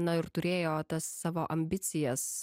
na ir turėjo tas savo ambicijas